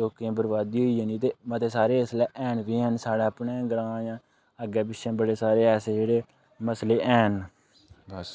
लोकें ई बर्बादी होई जानी ते मते सारे इसलै हैन बी हैन साढे़ अपने ग्रांऽ अग्गें पिच्छें बड़े सारे ऐसे जेह्ड़े मसले न हैन बस